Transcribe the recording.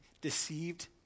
deceived